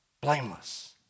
blameless